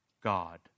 God